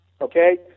okay